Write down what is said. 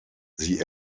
sie